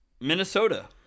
Minnesota